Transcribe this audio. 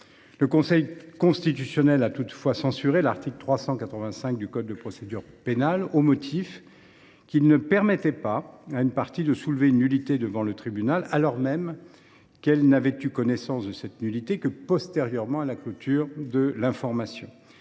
Le Conseil constitutionnel a toutefois censuré l’article 385 du code de procédure pénale, au motif qu’il ne permettait pas à une partie de soulever une nullité devant le tribunal alors même qu’elle n’avait eu connaissance de cette nullité que postérieurement à la clôture de l’information.